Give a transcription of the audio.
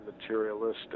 materialistic